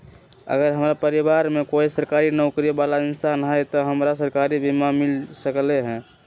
अगर हमरा परिवार में कोई सरकारी नौकरी बाला इंसान हई त हमरा सरकारी बीमा मिल सकलई ह?